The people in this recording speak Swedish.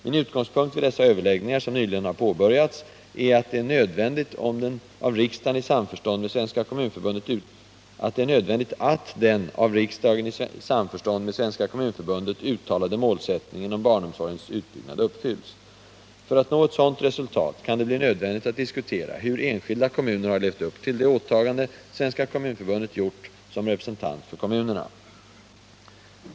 Min utgångspunkt vid dessa överläggningar, som nyligen påbörjats, är att det är nödvändigt att den av riksdagen i samförstånd med Svenska kommunförbundet uttalade målsättningen om barnomsorgens utbyggnad uppfylls. För att nå ett sådant resultat kan det bli nödvändigt att diskutera hur enskilda kommuner har levt upp till det åtagande Svenska kommunförbundet gjort som representant för kommunerna.